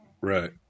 Right